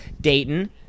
Dayton